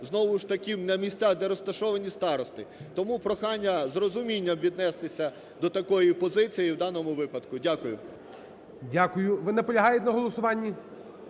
знову ж таки на місцях, де розташовані старости. Тому прохання з розумінням віднестися до такої позиції і в даному випадку. Дякую. ГОЛОВУЮЧИЙ. Дякую. Ви наполягаєте на голосування?